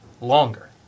longer